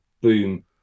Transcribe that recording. boom